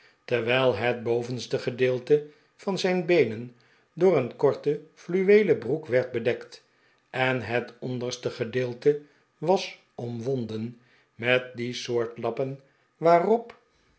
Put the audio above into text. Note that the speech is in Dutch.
terwijl het bovenste gedeelte van zijn beenen door een korte fluweelen broek werd bedekt en het onderste gedeelte was omwonden met die soort lappen waarop